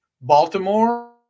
Baltimore